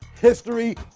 history